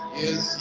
yes